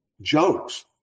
jokes